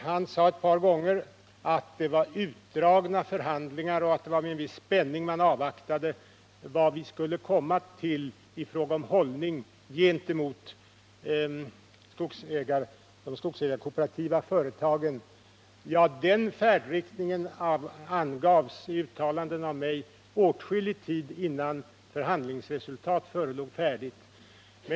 Han sade ett par gånger att det var utdragna förhandlingar och att det var med en viss spänning man avvaktade den hållning vi skulle inta gentemot de skogsägarkooperativa företagen. Ja, den färdriktningen angavs i uttalanden av mig åtskillig tid innan något förhandlingsresultat förelåg.